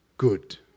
Good